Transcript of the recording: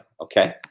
okay